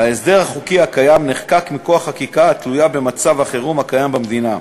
ההסדר החוקי הקיים נחקק מכוח חקיקה התלויה במצב החירום הקיים במדינה.